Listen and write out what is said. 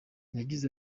yagize